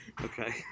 Okay